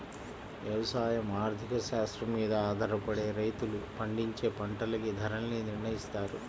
యవసాయ ఆర్థిక శాస్త్రం మీద ఆధారపడే రైతులు పండించే పంటలకి ధరల్ని నిర్నయిత్తారు